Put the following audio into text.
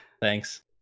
thanks